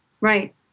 Right